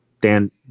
Dan